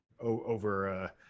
over